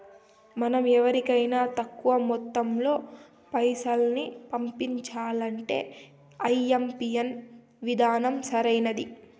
మనం ఇంకెవరికైనా తక్కువ మొత్తంలో పైసల్ని పంపించాలంటే ఐఎంపిన్ విధానం సరైంది